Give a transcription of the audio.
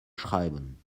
schreiben